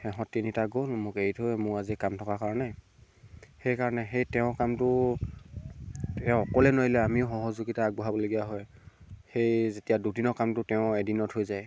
সেহঁত তিনিটা গ'ল মোক এৰি থৈ মোৰ আজি কাম থকাৰ কাৰণে সেইকাৰণে সেই তেওঁৰ কামটো তেওঁ অকলে নহ'লে আমিও সহযোগিতা আগবঢ়াবলগীয়া হয় সেই যেতিয়া দুদিনৰ কামটো তেওঁ এদিনত হৈ যায়